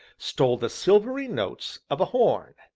stole the silvery notes of a horn.